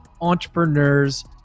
entrepreneurs